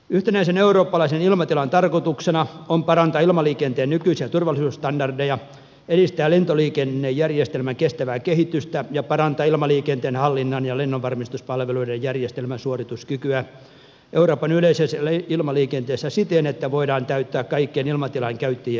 yhtenäisen eurooppalaisen ilmatilan tarkoituksena on parantaa ilmaliikenteen nykyisiä turvallisuusstandardeja edistää lentoliikennejärjestelmän kestävää kehitystä ja parantaa ilmaliikenteen hallinnan ja lennonvarmistuspalveluiden järjestelmän suorituskykyä euroopan yleisessä ilmaliikenteessä siten että voidaan täyttää kaikkien ilmatilan käyttäjien vaatimukset